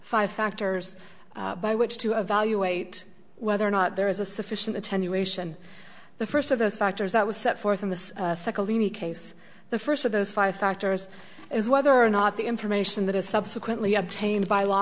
five factors by which to evaluate whether or not there is a sufficient attenuation the first of those factors that would set forth in this case the first of those five factors is whether or not the information that is subsequently obtained by law